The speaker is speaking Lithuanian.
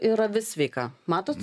ir avis sveika matot